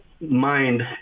mind